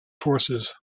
forces